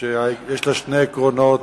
שיש לה שני עקרונות.